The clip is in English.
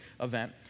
event